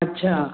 अच्छा